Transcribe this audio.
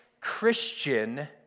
Christian